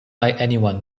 anyone